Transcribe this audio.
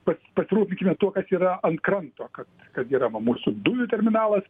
pas pasirūpinkime tuo kas yra ant kranto kad kad yra va mūsų dujų terminalas